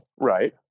Right